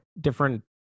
different